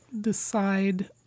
decide